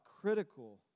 critical